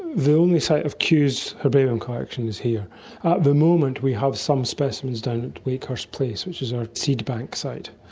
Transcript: the only site of kew's herbarium collection is here. at the moment we have some specimens down at wakehurst place which is our seed bank site.